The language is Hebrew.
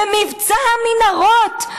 ומבצע המנהרות,